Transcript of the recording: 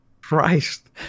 Christ